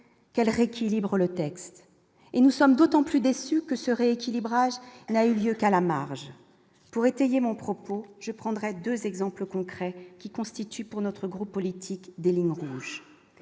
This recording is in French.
quel rééquilibre le texte et nous sommes d'autant plus déçu que ce rééquilibrage n'a eu lieu qu'à la marge pour étayer mon propos, je prendrai 2 exemples concrets qui constitue, pour notre groupe politique des lignes en